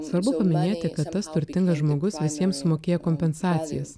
svarbu paminėti kad tas turtingas žmogus jiems sumokėjo kompensacijas